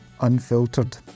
Unfiltered